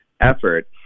effort